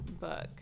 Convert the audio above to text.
book